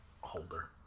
holder